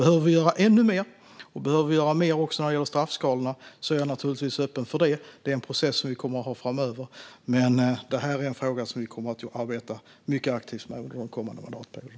Behöver vi göra ännu mer, och behöver vi göra mer också när det gäller straffskalorna, är jag naturligtvis öppen för det. Det är en process som vi kommer att ha framöver, och det här är en fråga som vi kommer att arbeta mycket aktivt med under den kommande mandatperioden.